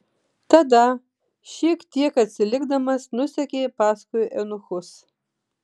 tada šiek tiek atsilikdamas nusekė paskui eunuchus